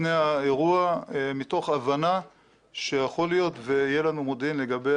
לפני האירוע מתוך הבנה שיכול להיות ויהיה לנו מודיעין לגבי